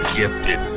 gifted